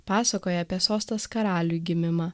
pasakoja apie sostas karaliui gimimą